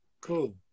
cool